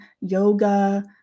yoga